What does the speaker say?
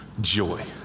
joy